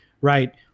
right